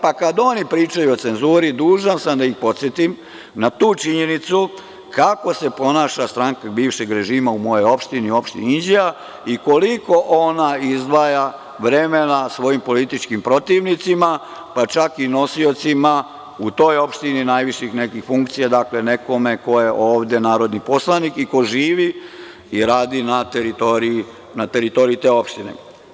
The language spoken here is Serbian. Pa, kad oni pričaju o cenzuri, dužan sam da ih podsetim na tu činjenicu kako se ponaša stranka bivšeg režima u mojoj opštini, Opštini Inđija, i koliko ona izdvaja vremena svojim političkim protivnicima, pa čak i nosiocima u toj opštini najviših nekih funkcija, dakle nekome ko je ovde narodni poslanik i ko živi i radi na teritoriji te opštine.